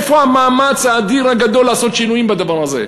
איפה המאמץ האדיר, הגדול, לעשות שינויים בדבר הזה?